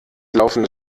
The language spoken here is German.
laufende